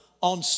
on